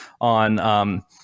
on